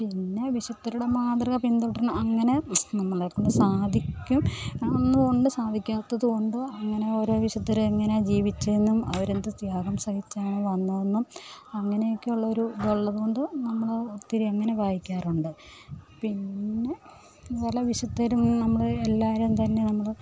പിന്നെ വിശുദ്ധരുടെ മാതൃക പിന്തുടരണം അങ്ങനെ നമ്മളേക്കൊണ്ട് സാധിക്കും എന്നുമുണ്ട് സാധിക്കാത്തതു കൊണ്ട് അങ്ങനെ ഓരോ വിശുദ്ധർ എങ്ങനെയാണ് ജീവിച്ചതെന്നും അവരെന്തു ത്യാഗം സഹിച്ചാണ് വന്നതെന്നും അങ്ങനെയൊക്കെ ഉള്ളൊരിതുള്ളതു കൊണ്ടു നമ്മൾ ഒത്തിരി അങ്ങനെ വായിക്കാറുണ്ട് പിന്നെ പല വിശുദ്ധരും നമ്മൾ എല്ലാവരും തന്നെ നമ്മൾ